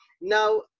Now